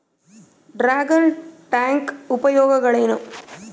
Dragon tank ಉಪಯೋಗಗಳೇನು?